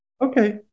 Okay